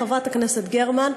חברת הכנסת גרמן,